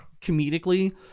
comedically